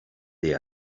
they